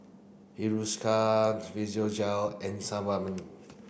Hiruscar Physiogel and Sebamed